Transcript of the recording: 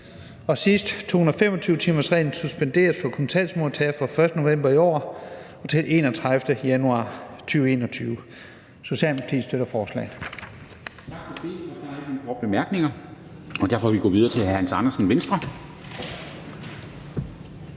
det sidste: 225-timersreglen suspenderes for kontanthjælpsmodtagere fra den 1. november i år til den 31. januar 2021. Socialdemokratiet støtter forslaget.